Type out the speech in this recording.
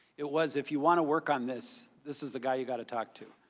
it was if you want to work on this, this is the guy you got to talk to.